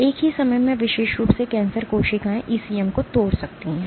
एक ही समय में विशेष रूप से कैंसर कोशिकाएं ईसीएम को तोड़ सकती हैं